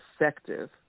effective